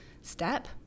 step